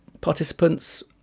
participants